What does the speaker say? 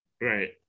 Right